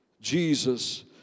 Jesus